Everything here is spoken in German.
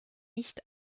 nicht